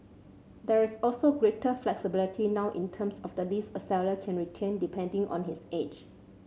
there is also greater flexibility now in terms of the lease a seller can retain depending on his age